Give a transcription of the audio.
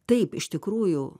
taip iš tikrųjų